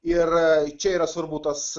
ir čia yra svarbu tas